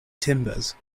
timbers